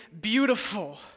beautiful